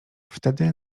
wtedy